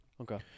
Okay